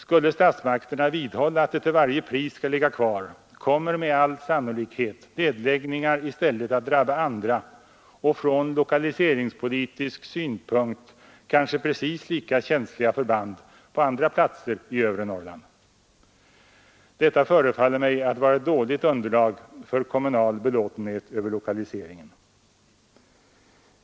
Skulle statsmakterna vidhålla att det till varje pris skall ligga kvar kommer med all sannolikhet nedläggningar i stället att drabba andra, och från lokaliseringspolitisk synpunkt kanske precis lika känsliga förband, på andra platser i övre Norrland. Detta förefaller mig att vara ett dåligt underlag för en kommunal belåtenhet över lokaliseringen.